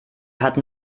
hatten